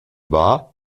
war